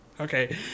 Okay